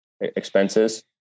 expenses